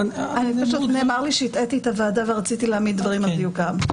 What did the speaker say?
פשוט נאמר לי שהטעיתי את הוועדה ורציתי להעמיד דברים על דיוקם.